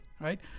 right